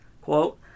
quote